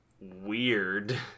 weird